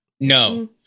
No